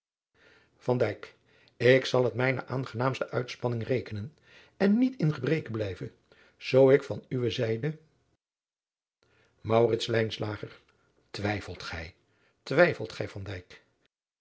ik zal het mijne aangenaamste uitspanning rekenen en niet in gebreke blijven zoo ik van uwe zijde maurits lijnslager twijfelt gij twijfelt gij